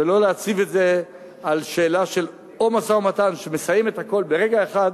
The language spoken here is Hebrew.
ולא להציב את זה על אחת משתיים: או משא-ומתן שמסיים את הכול ברגע אחד,